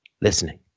listening